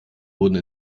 wurden